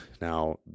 now